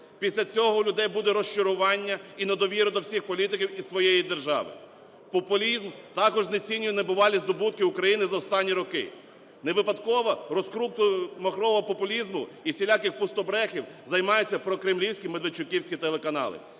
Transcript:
після цього у людей буде розчарування і недовіра до всіх політиків і своєї держави. Популізм також знецінює небувалі здобутки України за останні роки. Невипадково розкруткою махрового популізму і всіляких пустобрехів займаються прокремлівські медведчуківські телеканали.